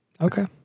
Okay